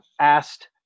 asked